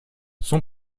son